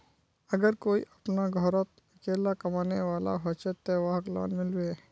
अगर कोई अपना घोरोत अकेला कमाने वाला होचे ते वहाक लोन मिलबे?